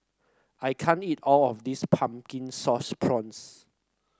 I can't eat all of this Pumpkin Sauce Prawns